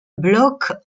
blocs